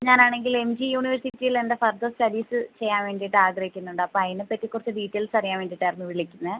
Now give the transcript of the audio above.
ഞാനാണെങ്കിൽ M G യൂണിവേഴ്സിറ്റിയിൽ എൻ്റെ ഫർദർ സ്റ്റഡീസ് ചെയ്യാൻ വേണ്ടീട്ട് ആഗ്രഹിക്കുന്നുണ്ട് അപ്പോൾ അതിനെപ്പറ്റി കുറച്ച് ഡീറ്റെയിൽസ് അറിയാൻ വേണ്ടീട്ട് ആയിരുന്നു വിളിക്കുന്നത്